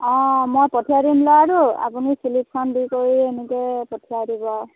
অঁ মই পঠিয়াই দিম ল'ৰাটো আপুনি শ্লিপখন দি কৰি এনেকৈ পঠিয়াই দিব